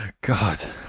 God